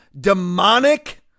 demonic